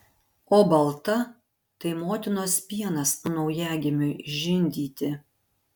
o balta tai motinos pienas naujagimiui žindyti